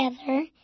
together